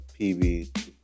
PB